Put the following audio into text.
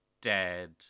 dead